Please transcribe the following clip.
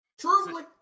truly